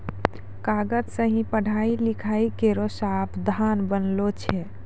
कागज सें ही पढ़ाई लिखाई केरो साधन बनलो छै